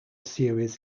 series